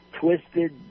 twisted